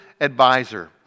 advisor